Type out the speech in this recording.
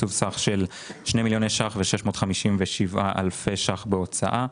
תקצוב סך של 2 מיליוני שקלים ו-657 אלפי שקלים בהוצאה.